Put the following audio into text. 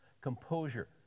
Composure